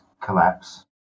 collapse